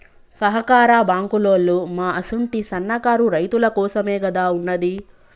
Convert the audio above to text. సహకార బాంకులోల్లు మా అసుంటి సన్నకారు రైతులకోసమేగదా ఉన్నది